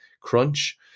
crunch